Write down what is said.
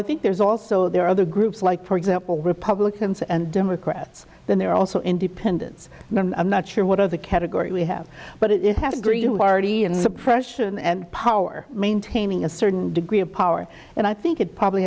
i think there's also there are other groups like for example republicans and democrats than there are also independents and i'm not sure what other category we have but it has green party and suppression and power maintaining a certain degree of power and i think it probably